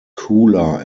cooler